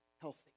healthy